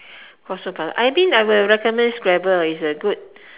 possible I think I would recommend scrabble is a good